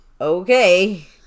Okay